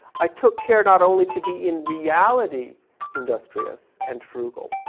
i took care not only to be in reality industrious and frugal,